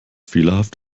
fehlerhaft